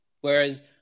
whereas